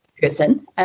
person